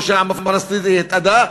או שהעם הפלסטיני התאדה.